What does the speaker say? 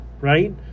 right